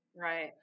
Right